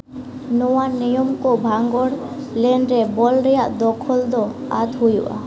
ᱱᱚᱣᱟ ᱱᱤᱭᱚᱢ ᱠᱚ ᱵᱷᱟᱜᱚᱬ ᱞᱮᱱᱨᱮ ᱵᱚᱞ ᱨᱮᱭᱟᱜ ᱫᱚᱠᱷᱚᱞ ᱫᱚ ᱟᱫ ᱦᱩᱭᱩᱜᱼᱟ